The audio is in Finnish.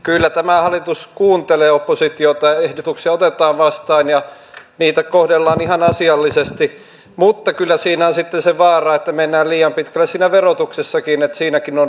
kyllä tämä hallitus kuuntelee oppositiota ehdotuksia otetaan vastaan ja niitä kohdellaan ihan asiallisesti mutta kyllä siinä on sitten se vaara että mennään liian pitkälle siinä verotuksessakin siinäkin on rajansa